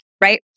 right